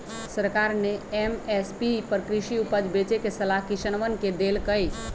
सरकार ने एम.एस.पी पर कृषि उपज बेचे के सलाह किसनवन के देल कई